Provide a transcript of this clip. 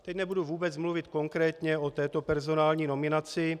Teď nebudu vůbec mluvit konkrétně o této personální nominaci.